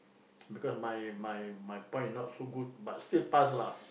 because my my my points not so good but still passed lah